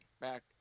back